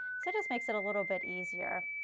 so it just makes it a little bit easier,